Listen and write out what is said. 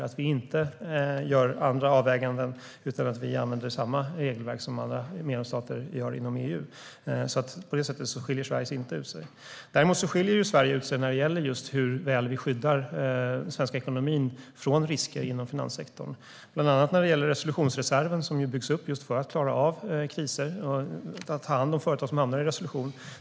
Vi gör inte andra avväganden, utan vi använder samma regelverk som andra medlemsstater inom EU gör. På det sättet skiljer alltså Sverige inte ut sig. Däremot skiljer Sverige ut sig i hur väl vi skyddar den svenska ekonomin från risker inom finanssektorn, bland annat när det gäller resolutionsreserven. Den byggs upp just för att klara av kriser och ta hand om företag som hamnar i resolution.